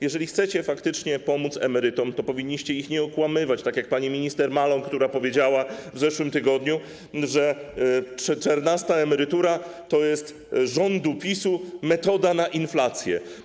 Jeżeli chcecie faktycznie pomóc emerytom, to powinniście ich nie okłamywać, tak jak pani minister Maląg, która powiedziała w zeszłym tygodniu, że czternasta emerytura to jest rządu PiS-u metoda na inflację.